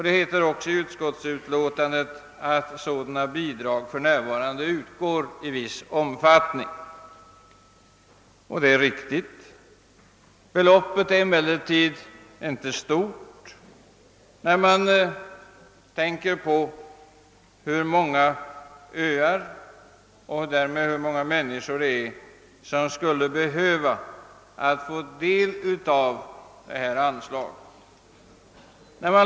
Det heter i utskottsutlåtandet: »Sådana bidrag utgår också f.n. i viss omfattning.» Detta är riktigt. Beloppet är emellertid inte stort med hänsyn till hur många öar det gäller och hur många människor som skulle behöva få en del av dessa anslag.